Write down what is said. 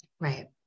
Right